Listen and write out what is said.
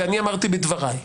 זה אני אמרתי בדבריי.